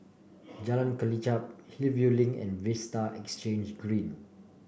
Jalan Kelichap Hillview Link and Vista Exhange Green